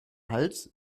hals